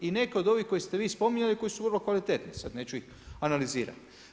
I neke od ovih koje ste vi spominjali koje su vrlo kvalitetne, sad neću ih analizirati.